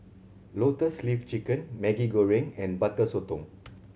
Lotus Leaf Chicken Maggi Goreng and Butter Sotong